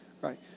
right